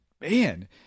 man